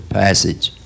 passage